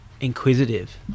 inquisitive